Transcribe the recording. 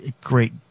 great